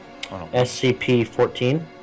SCP-14